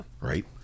right